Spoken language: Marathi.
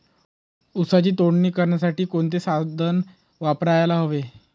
ऊसाची तोडणी करण्यासाठी कोणते साधन वापरायला हवे?